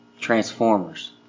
Transformers